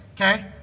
okay